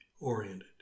oriented